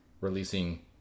releasing